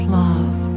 love